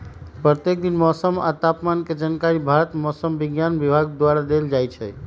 प्रत्येक दिन मौसम आ तापमान के जानकारी भारत मौसम विज्ञान विभाग द्वारा देल जाइ छइ